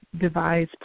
devise